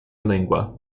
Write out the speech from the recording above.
lingua